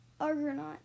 Argonaut